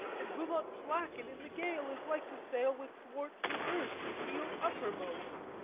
and will not slacken in the gale, is like to sail with thwarts reversed, keel uppermost.